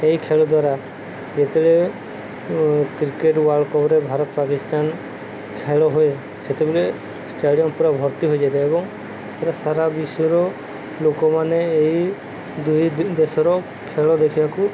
ଏହି ଖେଳ ଦ୍ୱାରା ଯେତେବେଳେ କ୍ରିକେଟ୍ ୱାର୍ଲଡ଼କପ୍ରେ ଭାରତ ପାକିସ୍ତାନ ଖେଳ ହୁଏ ସେତେବେଳେ ଷ୍ଟାଡ଼ିୟମ୍ ପୁରା ଭର୍ତ୍ତି ହୋଇଯାଇଥାଏ ଏବଂ ସାରା ବିଶ୍ୱର ଲୋକମାନେ ଏଇ ଦୁଇ ଦେଶର ଖେଳ ଦେଖିବାକୁ